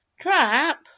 trap